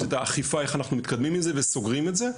את האכיפה איך אנחנו מתקדמים עם זה וסוגרים את זה,